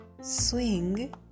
Swing